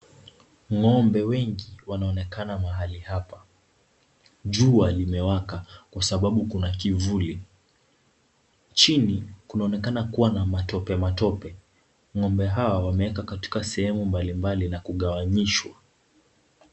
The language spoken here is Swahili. Ng'ombe wengi wanaonekana mahali hapa. Jua limewaka kwa sababu kuna kivuli. Chini, kunaonekana kuwa na matope matope. Ng'ombe hao wamewekwa katika sehemu mbalimbali na kugawanishwa.